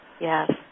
Yes